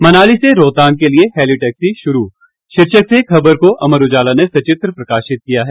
मनाली से रोहतांग के लिए हेली टैक्सी शुरू शीर्षक से खबर को अमर उजाला ने सचित्र प्रकाशित किया है